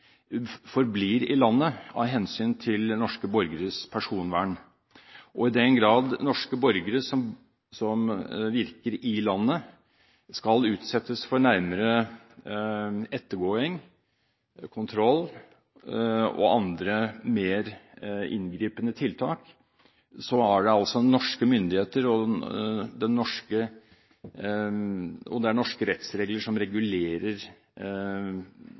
forblir i landet av hensyn til norske borgeres personvern. I den grad norske borgere, som virker i landet, skal utsettes for nærmere ettergåing, kontroll og andre mer inngripende tiltak, er det norske myndigheter og norske rettsregler som regulerer behandlingen av norske borgere. Jeg er